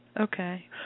Okay